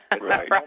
Right